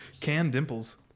Can-dimples